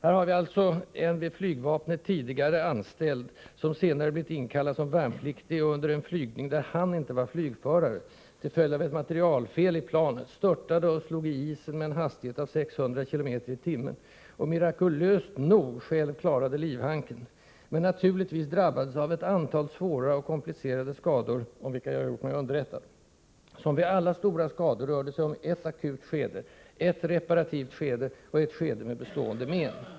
Här har vi alltså en vid flygvapnet tidigare anställd, som senare blivit inkallad som värnpliktig och under en flygning, där han inte var flygförare, till följd av ett materialfel i planet störtade och slog i isen med en hastighet av 600 km i timmen och mirakulöst nog själv klarade livhanken men naturligtvis drabbades av ett antal svåra och komplicerade skador, om vilka jag har gjort mig underrättad. Som vid alla stora skador rör det sig om ett akut skede, ett reparativt skede och ett skede med bestående men.